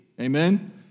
Amen